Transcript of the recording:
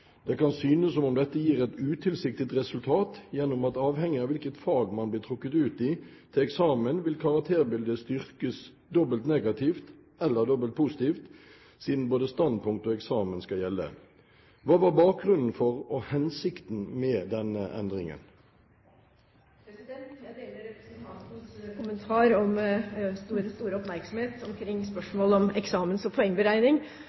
Det kan synes som om dette gir et utilsiktet resultat, ved at avhengig av hvilket fag man blir trukket ut til ved eksamen, vil karakterbildet styrkes dobbelt negativt eller positivt siden både standpunkt og eksamen skal gjelde. Hva var bakgrunnen for og hensikten med denne endringen?» Jeg deler representantens kommentar om den store oppmerksomhet omkring spørsmål om eksamen og poengberegning.